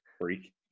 Freak